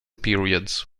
periods